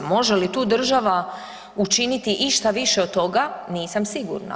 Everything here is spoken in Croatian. Može li tu država učiniti išta više od toga, nisam sigurna.